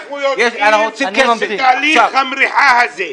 הוא ממשיך בתהליך המריחה הזה.